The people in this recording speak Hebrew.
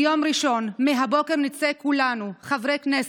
ביום ראשון, מהבוקר נצא כולנו, חברי כנסת,